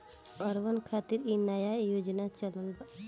urban खातिर इ नया योजना चलल बा